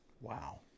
wow